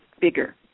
bigger